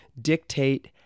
dictate